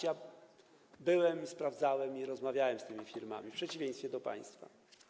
Ja byłem, sprawdzałem i rozmawiałem z tymi firmami, w przeciwieństwie do państwa.